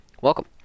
Welcome